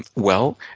well,